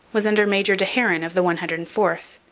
was under major de haren of the one hundred and fourth,